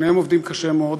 שניהם עובדים קשה מאוד.